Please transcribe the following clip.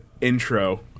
intro